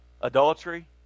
adultery